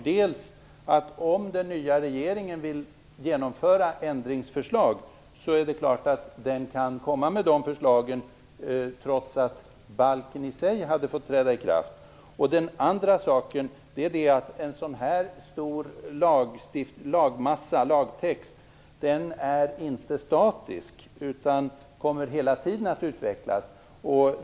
För det första: Om den nya regeringen hade velat genomföra ändringsförslag är det klart att den hade kunnat lägga fram dem trots att balken i sig hade trätt i kraft. För det andra: En sådan här stor massa med lagtext är inte statisk, utan den kommer hela tiden att utvecklas.